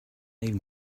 even